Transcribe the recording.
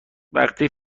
وقتی